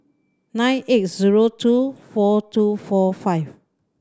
nine eight zero two four two four five